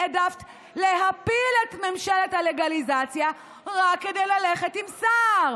העדפת להפיל את ממשלת הלגליזציה רק כדי ללכת עם סער.